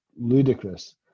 ludicrous